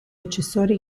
accessori